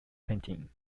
painting